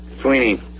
Sweeney